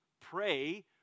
pray